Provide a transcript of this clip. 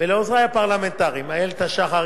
ולעוזרי הפרלמנטריים איילת השחר,